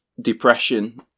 depression